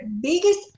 biggest